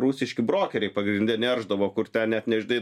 rusiški brokeriai pagrinde neršdavo kur ten net nežinai